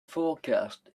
forecast